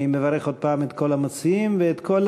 אני מברך עוד פעם את כל המציעים ואת כל